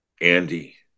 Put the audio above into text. Andy